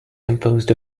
composed